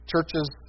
churches